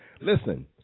Listen